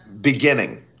beginning